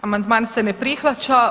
Amandman se ne prihvaća.